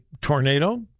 tornado